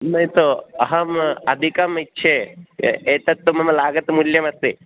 न हि तो अहम् अधिकम् इच्छे एतत्तु मम लागतमूल्यमस्ति